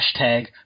hashtag